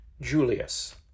Julius